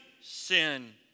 sin